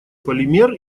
полимер